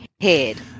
head